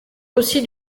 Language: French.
aussi